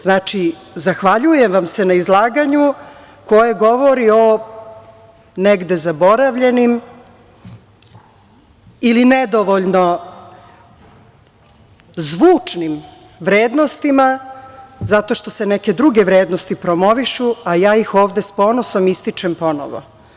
Znači, zahvaljujem vam se na izlaganju koje govori o negde zaboravljenim ili nedovoljno zvučnim vrednostima, zato što se neke druge vrednosti promovišu, a ja ih ovde s ponosom ističem ponovo.